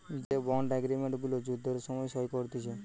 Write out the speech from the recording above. যে bond agreement গুলা যুদ্ধের সময় সই করতিছে